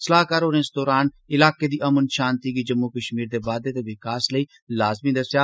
सलाहकार होरें इस दौरान इलाके दी अमन शांति गी जम्मू कश्मीर दे बाद्दे ते विकास लेई लाज़मी दस्सेआ